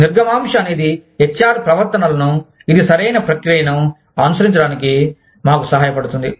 నిర్గమాంశ అనేది HR ప్రవర్తనలను ఇది సరైన ప్రక్రియను అనుసరించడానికి మాకు సహాయపడుతుంది